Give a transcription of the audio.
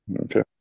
Okay